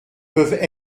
peuvent